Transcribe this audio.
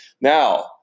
Now